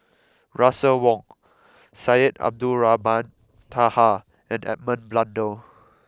Russel Wong Syed Abdulrahman Taha and Edmund Blundell